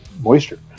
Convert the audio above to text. moisture